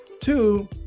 Two